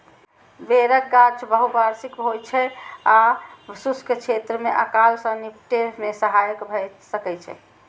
बेरक गाछ बहुवार्षिक होइ छै आ शुष्क क्षेत्र मे अकाल सं निपटै मे सहायक भए सकै छै